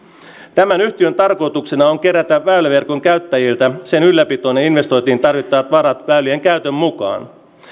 tämän yhtiön tarkoituksena on kerätä väyläverkon käyttäjiltä sen ylläpitoon ja investointeihin tarvittavat varat väylien käytön mukaan